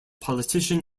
politician